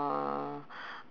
ya because